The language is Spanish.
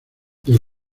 del